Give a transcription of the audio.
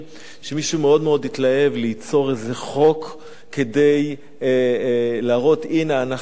שמישהו מאוד-מאוד התלהב ליצור איזה חוק כדי להראות שהנה אנחנו עושים,